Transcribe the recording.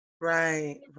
right